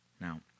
Now